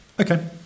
Okay